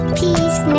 peace